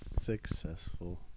successful